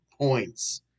points